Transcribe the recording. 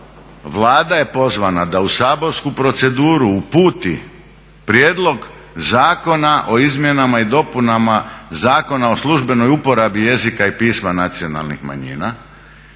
Vlada je pozvana da u saborsku proceduru uputi prijedlog zakona o izmjenama i dopunama Zakona o službenoj uporabi jezika i pisma nacionalnih manjina